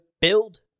build